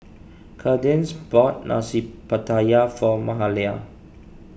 Cadence bought Nasi Pattaya for Mahalia